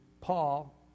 Paul